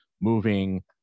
moving